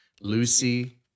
Lucy